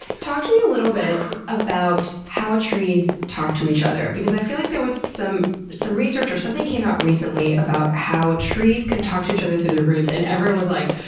talk to me a little bit about how trees talk to each other. because i feel like there was some some research, or something came out recently, about how trees can talk to each other through their roots. and everyone was like,